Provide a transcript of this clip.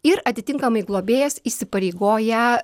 ir atitinkamai globėjas įsipareigoja